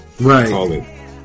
right